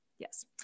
Yes